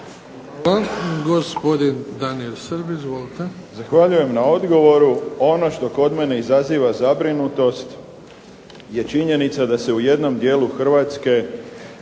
Hvala. Gospodin Daniel Srb, izvolite.